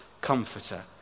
comforter